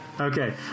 Okay